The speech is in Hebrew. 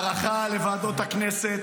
אחראי לפיתוח הנגב והגליל והחוסן הלאומי,